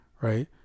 right